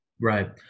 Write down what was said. right